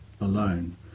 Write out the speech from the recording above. alone